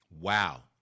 Wow